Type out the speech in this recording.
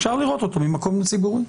אפשר לראות אותו ממקום ציבורי.